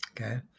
Okay